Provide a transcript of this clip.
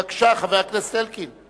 בבקשה, חבר הכנסת זאב אלקין.